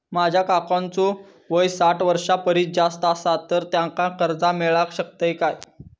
माझ्या काकांचो वय साठ वर्षां परिस जास्त आसा तर त्यांका कर्जा मेळाक शकतय काय?